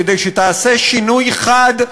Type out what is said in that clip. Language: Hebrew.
כדי שתעשה שינוי חד,